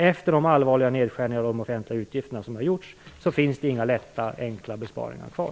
Efter de allvarliga nedskärningar av de offentliga utgifterna som gjorts finns det inga enkla eller lätta besparingar kvar.